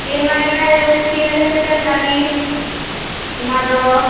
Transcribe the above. ᱮᱢᱟᱭ ᱨᱮᱱᱟᱜ ᱛᱤᱱ ᱦᱟᱡᱟᱨ ᱴᱟᱠᱟ ᱡᱟᱜᱤ ᱮᱢ ᱫᱚᱦᱚ